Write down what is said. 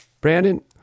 Brandon